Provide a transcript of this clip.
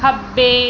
ਖੱਬੇ